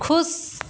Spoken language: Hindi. ख़ुश